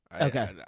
Okay